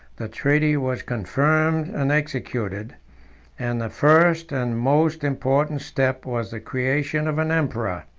the treaty was confirmed and executed and the first and most important step was the creation of an emperor.